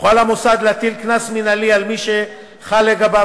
יוכל המוסד להטיל קנס מינהלי על מי שחל לגביו